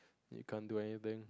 you can't do anything